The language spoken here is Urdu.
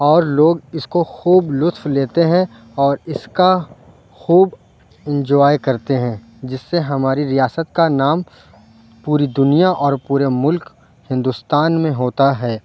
اور لوگ اِس کو خوب لُطف لیتے ہیں اور اِس کا خوب انجوائے کرتے ہیں جس سے ہماری ریاست کا نام پوری دنیا اور پورے مُلک ہندوستان میں ہوتا ہے